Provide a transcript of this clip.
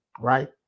right